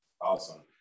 Awesome